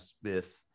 Smith